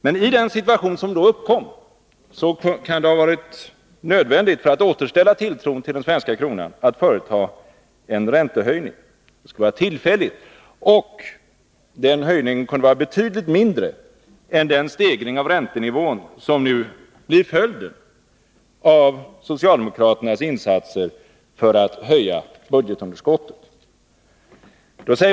Men i den situation som uppkom skulle det kanske ha blivit nödvändigt, för att återställa tilltron till den svenska kronan, att företa en tillfällig räntehöjning. Den höjningen skulle ha varit betydligt mindre än den stegring av räntenivån som nu blir följden av socialdemokraternas insatser för att öka budgetunderskottet.